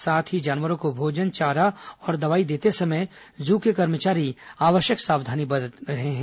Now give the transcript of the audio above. साथ ही जानवरों को भोजन चारा और दवाई देते समय जू के कर्मचारी आवश्यक सावधानी बरत रहे हैं